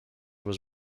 was